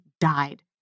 died